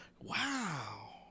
Wow